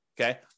okay